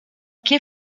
che